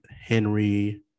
Henry